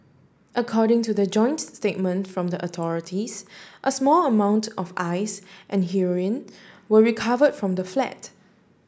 according to the joint statement from the authorities a small amount of ice and heroin were recovered from the flat